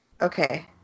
Okay